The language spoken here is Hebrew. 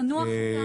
תנוח אתה.